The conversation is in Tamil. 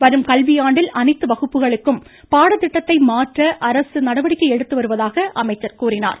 வரும் கல்வியாண்டில் அனைத்து வகுப்புகளுக்கும் பாடத்திட்டத்தை மாற்ற அரசு நடவடிக்கை எடுத்து வருவதாக அமைச்சர் கூறினார்